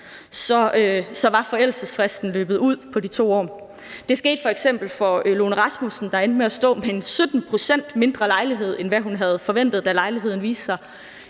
var forældelsesfristen på de 2 år løbet ud. Det skete f.eks. for Lone Rasmussen, der endte med at stå med en 17 pct. mindre lejlighed, end hvad hun havde forventet, da lejligheden viste sig